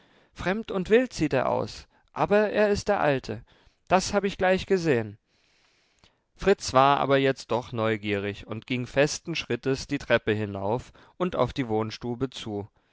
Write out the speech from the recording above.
fremd und wild sieht er aus aber er ist der alte das hab ich gleich gesehen fritz war aber jetzt doch neugierig und ging festen schrittes die treppe hinauf und auf die wohnstube zu